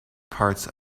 parts